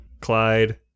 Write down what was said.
Clyde